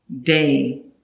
day